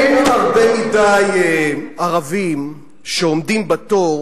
אין הרבה מדי ערבים שעומדים בתור